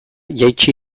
jaitsi